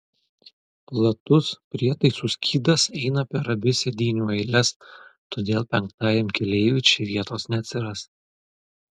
platus prietaisų skydas eina per abi sėdynių eiles todėl penktajam keleiviui čia vietos neatsiras